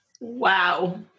Wow